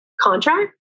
contract